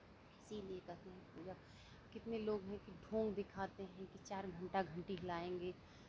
इसीलिए कहते हैं पूजा कितने लोग हैं कि ढोंग दिखाते हैं कि चार घंटा घंटी हिलाएंगे